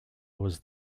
was